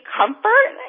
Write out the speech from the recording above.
comfort